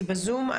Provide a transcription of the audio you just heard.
היא בזום.